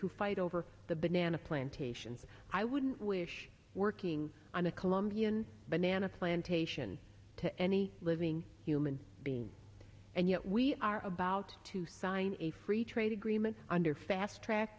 who fight over the banana plantations i wouldn't wish working on a colombian banana plantation to any living human being and yet we are about to sign a free trade agreement under fast track